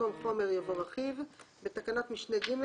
במקום "חומר" יבוא "רכיב"; בתקנת משנה (ג),